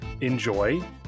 enjoy